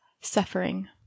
Suffering